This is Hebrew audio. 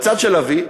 בצד של אבי,